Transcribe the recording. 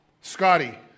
Scotty